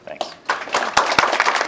Thanks